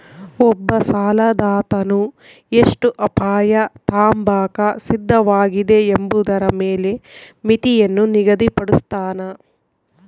ಒಬ್ಬ ಸಾಲದಾತನು ಎಷ್ಟು ಅಪಾಯ ತಾಂಬಾಕ ಸಿದ್ಧವಾಗಿದೆ ಎಂಬುದರ ಮೇಲೆ ಮಿತಿಯನ್ನು ನಿಗದಿಪಡುಸ್ತನ